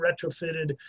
retrofitted